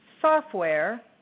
software –